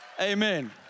Amen